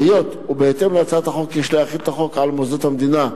היות שבהתאם להצעת החוק יש להחיל את החוק על מוסדות המדינה,